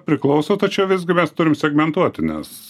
priklauso tačiau visgi mes turim segmentuoti nes